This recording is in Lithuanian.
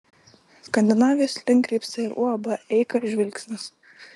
skandinavijos link krypsta ir uab eika žvilgsnis